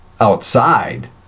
outside